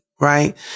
right